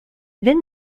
they